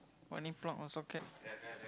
I need plug or socket